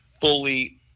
fully